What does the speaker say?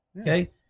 Okay